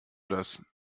das